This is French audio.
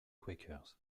quakers